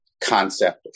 concept